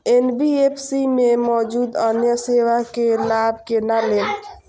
NBFC में मौजूद अन्य सेवा के लाभ केना लैब?